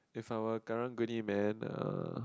if I were a karung-guni man uh